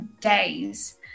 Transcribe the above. days